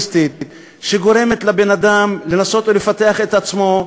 שגורמת לבן-אדם לנסות ולפתח את עצמו,